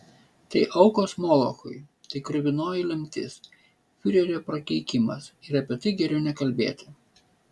tai aukos molochui tai kruvinoji lemtis fiurerio prakeikimas ir apie tai geriau nekalbėti